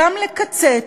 גם לקצץ,